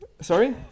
Sorry